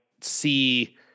see